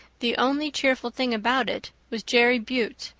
the only cheerful thing about it was jerry buote,